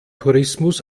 tourismus